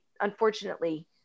unfortunately